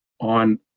on